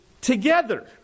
together